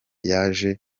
yaje